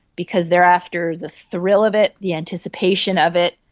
because they are after the thrill of it, the anticipation of it,